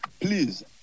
please